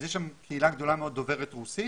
אז יש שם קהילה גדולה מאוד דוברת רוסית